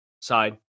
side